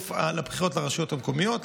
לבחירות לרשויות המקומיות.